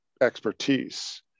expertise